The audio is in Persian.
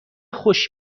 خوش